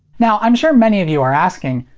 now i'm sure many of you are asking,